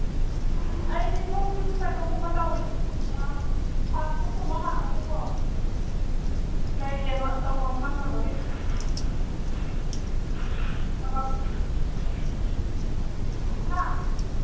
ꯑꯩꯗꯤ ꯁꯨꯝ ꯀꯩꯅꯣꯒꯨꯝꯕ ꯇꯧꯔꯤ ꯐꯥꯁ ꯐꯨꯠꯀꯨꯝꯕ ꯍꯥꯡꯉꯒꯀꯣ ꯂꯩꯌꯦꯕ ꯇꯧꯕꯝ ꯈꯪꯗꯕꯒꯤ ꯊꯕꯛ ꯍꯥ